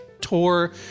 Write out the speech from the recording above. tour